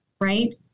right